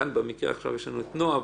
כאן במקרה עכשיו יש לנו את נועה,